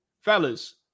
fellas